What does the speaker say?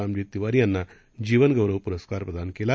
रामजी तिवारी यांना जीवन गौरव प्रस्कार प्रदान केला